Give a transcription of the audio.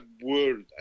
world